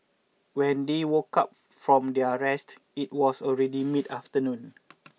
when they woke up from their rest it was already mid afternoon